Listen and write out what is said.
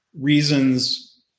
reasons